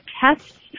tests